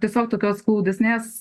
tiesiog tokios glaudesnės